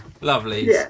lovely